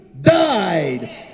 died